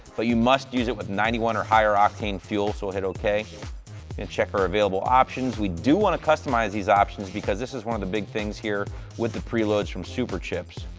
but you must use it with ninety one or higher octane fuel, so we'll hit okay. hit check for available options. we do want to customize these options, because this is one of the big things here with the pre-loads from superchips.